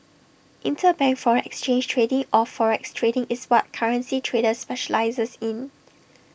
interbank foreign exchange trading or forex trading is what currency trader specialises in